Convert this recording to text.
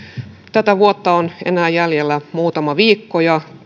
tätä vuotta on jäljellä enää muutama viikko ja